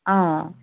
অ